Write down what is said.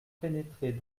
pénétrer